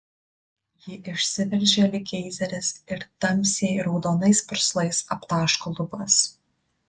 ji išsiveržia lyg geizeris ir tamsiai raudonais purslais aptaško lubas